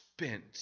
spent